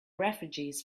refugees